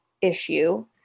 issue